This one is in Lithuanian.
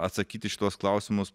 atsakyti į šituos klausimus